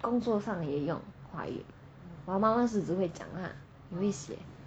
工作上也用华语我妈妈只会讲啦不会写